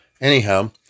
Anyhow